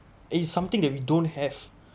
it is something that we don't have